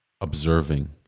observing